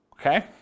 okay